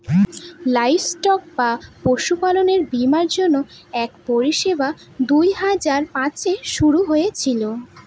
livestock বা পশুপালনের বীমার জন্য এক পরিষেবা দুই হাজার পাঁচে শুরু হয়েছিল